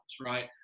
right